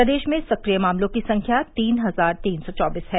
प्रदेश में सक्रिय मामलों की संख्या तीन हजार तीन सौ चौबीस है